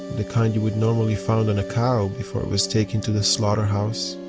the kind you would normally find on a cow before it was taken to the slaughterhouse.